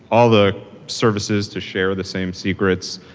all the services to share the same secrets,